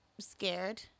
Scared